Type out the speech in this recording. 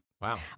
Wow